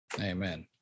Amen